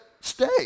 stay